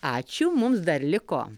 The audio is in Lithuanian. ačiū mums dar liko